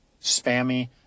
spammy